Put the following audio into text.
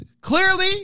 clearly